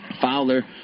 Fowler